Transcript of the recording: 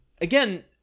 again